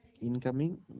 Incoming